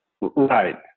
Right